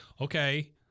Okay